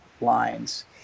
lines